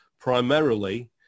primarily